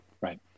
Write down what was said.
right